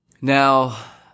Now